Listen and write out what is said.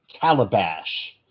calabash